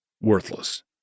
worthless